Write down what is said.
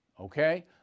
Okay